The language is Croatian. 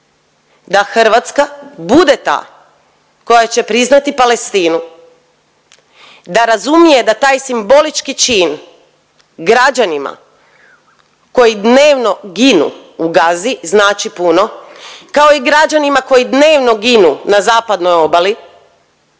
da Hrvatska bude ta koja će priznati Palestinu da razumije da taj simbolički čin građanima koji dnevno ginu u Gazi znači puno kao i građanima koji dnevno ginu na zapadnoj obali